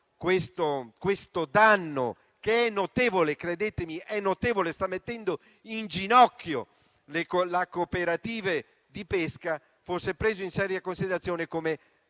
questo danno, che è notevole, credetemi, e sta mettendo in ginocchio le cooperative di pesca, fosse preso in seria considerazione come